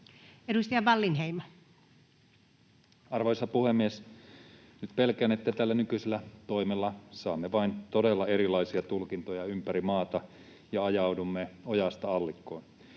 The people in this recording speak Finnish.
14:49 Content: Arvoisa puhemies! Nyt pelkään, että tällä nykyisellä toimella saamme vain todella erilaisia tulkintoja ympäri maata ja ajaudumme ojasta allikkoon.